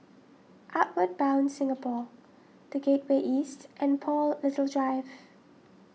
Outward Bound Singapore the Gateway East and Paul Little Drive